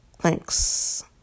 Thanks